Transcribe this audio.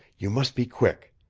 you must be quick.